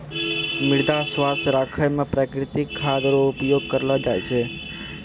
मृदा स्वास्थ्य राखै मे प्रकृतिक खाद रो उपयोग करलो जाय छै